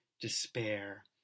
despair